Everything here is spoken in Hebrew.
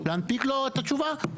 להנפיק לו את התשובה.